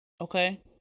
Okay